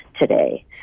Today